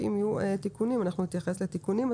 ואם יהיו תיקונים אנחנו נתייחס לתיקונים.